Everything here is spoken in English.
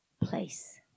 place